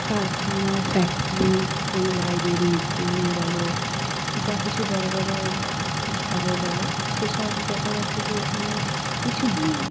কারখানা ফ্যাক্টরি কোনো লাইব্রেরি হুম বলো যা কিছু বড়ো বড়ো স্থলে বলো সে সব দেখা যাচ্ছে যে এখানে কিছু নেই